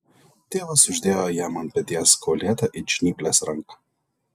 tėvas uždėjo jam ant peties kaulėtą it žnyplės ranką